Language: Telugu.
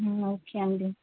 ఓకే అండి